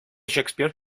shakespeare